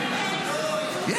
אבל יש טיעונים --- יש,